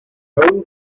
home